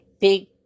big